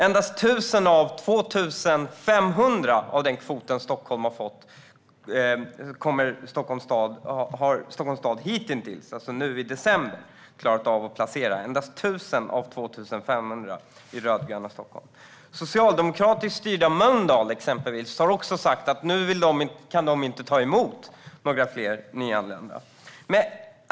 Endast 1 000 av 2 500 av den kvot som rödgröna Stockholms stad har fått har man klarat av att placera hittills, nu i december. Socialdemokratiskt styrda Mölndal har sagt att de inte kan ta emot fler nyanlända nu.